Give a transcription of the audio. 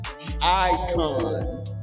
Icon